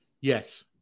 Yes